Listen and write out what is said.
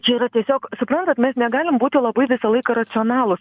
čia yra tiesiog suprantat mes negalim būti labai visą laiką racionalūs